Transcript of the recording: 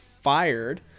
fired